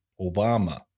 Obama